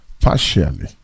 partially